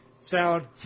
sound